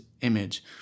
image